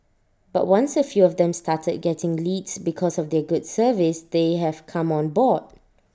but once A few of them started getting leads because of their good service they have come on board